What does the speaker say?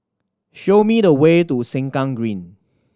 show me the way to Sengkang Green